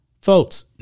Folks